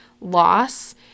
loss